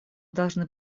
должны